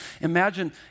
Imagine